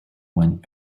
went